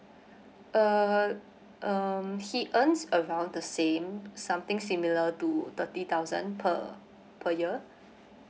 uh um earns around the same something similar to thirty thousand per per year